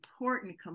important